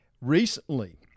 recently